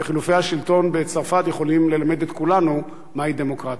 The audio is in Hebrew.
וחילופי השלטון בצרפת יכולים ללמד את כולנו מהי דמוקרטיה.